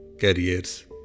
careers